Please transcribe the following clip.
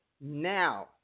now